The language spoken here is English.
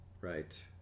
right